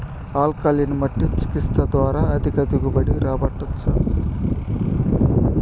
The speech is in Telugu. ఆల్కలీన్ మట్టి చికిత్స ద్వారా అధిక దిగుబడి రాబట్టొచ్చా